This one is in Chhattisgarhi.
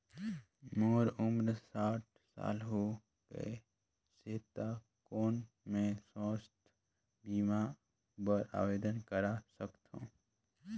मोर उम्र साठ साल हो गे से त कौन मैं स्वास्थ बीमा बर आवेदन कर सकथव?